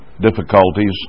difficulties